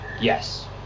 Yes